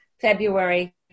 February